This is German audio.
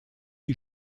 die